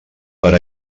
per